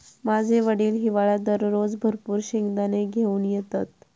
माझे वडील हिवाळ्यात दररोज भरपूर शेंगदाने घेऊन येतत